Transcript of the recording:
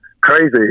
Crazy